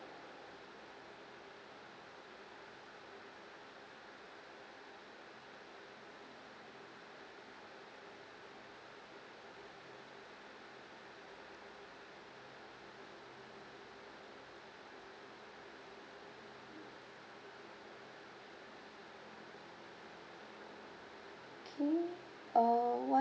okay uh